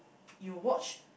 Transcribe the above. you watch